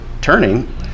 turning